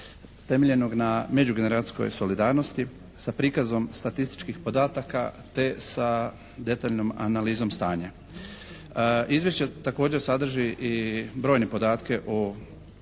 temeljenog na međugeneracijskoj solidarnosti sa prikazom statističkih podataka te sa detaljnom analizom stanja. Izvješće također sadrži i brojne podatke o